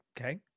okay